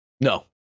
No